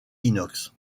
inox